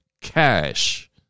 cash